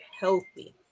healthy